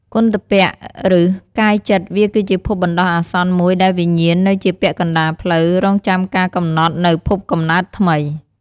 គន្ធព្វ ឬកាយចិត្តវាគឺជាភពបណ្ដោះអាសន្នមួយដែលវិញ្ញាណនៅជាពាក់កណ្ដាលផ្លូវ រង់ចាំការកំណត់នូវភពកំណើតថ្មី។